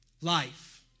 life